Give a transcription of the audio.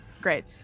Great